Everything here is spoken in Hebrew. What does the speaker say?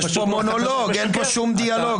יש פה מונולוג, אין פה שום דיאלוג.